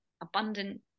abundant